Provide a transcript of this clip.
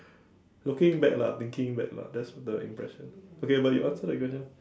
looking back lah thinking back lah that's the impression okay but you answer the question